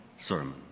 sermon